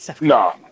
no